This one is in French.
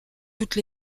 toutes